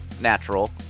natural